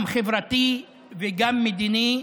גם חברתי וגם מדיני.